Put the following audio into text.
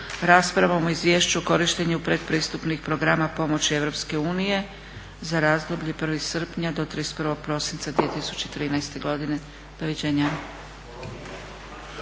raspravom o Izvješću o korištenju pretpristupnih programa pomoći EU za razdoblje 1. srpnja do 31. prosinca 2013. godine. Doviđenja.